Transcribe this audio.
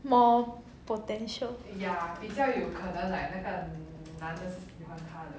more potential